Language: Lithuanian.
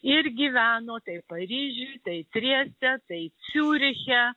ir gyveno tai paryžiuj tai trieste tai ciuriche